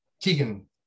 Keegan